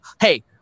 Hey